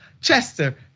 Chester